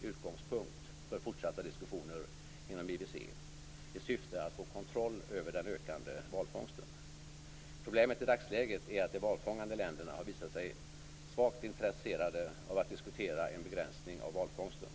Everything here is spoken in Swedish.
utgångspunkt för fortsatta diskussioner inom IWC i syfte att få kontroll över den ökande valfångsten. Problemet i dagsläget är att de valfångande länderna har visat sig svagt intresserade av att diskutera en begränsning av valfångsten.